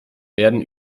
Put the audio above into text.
werden